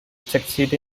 succeed